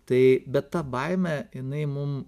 tai bet ta baimė jinai mum